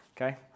okay